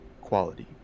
quality